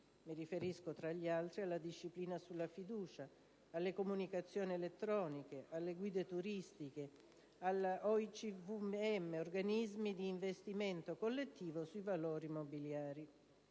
Mi riferisco, tra gli altri, alla disciplina sulla fiducia, alle comunicazioni elettroniche, alle guide turistiche e agli OICVM (organismi di investimento collettivo sui valori mobiliari).